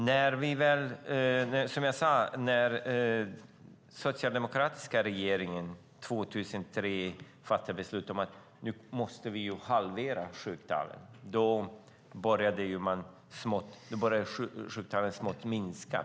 När den socialdemokratiska regeringen 2003 fattade beslut om att vi måste halvera sjuktalen började de så smått att minska.